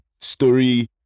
story